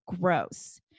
gross